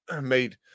made